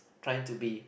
trying to be